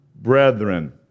brethren